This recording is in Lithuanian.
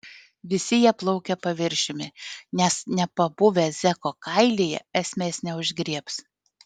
visi jie plaukia paviršiumi nes nepabuvę zeko kailyje esmės neužgriebs